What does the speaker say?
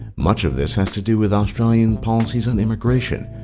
much of this has to do with australian policies on immigration,